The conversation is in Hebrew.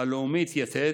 הלאומית יתד,